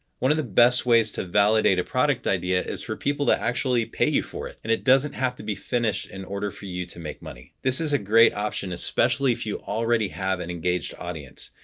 one of the best ways to validate a product idea is for people to actually pay you for it, and it doesn't have to be finished in order for you to make money. this is a great option especially if you already have an engaged audience.